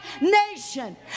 nation